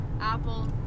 Apple